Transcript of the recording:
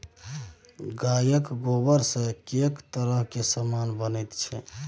गायक गोबरसँ कैक तरहक समान बनैत छै